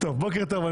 בוקר טוב חברי הכנסת,